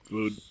Food